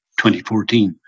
2014